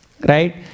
right